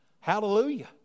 Hallelujah